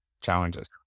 challenges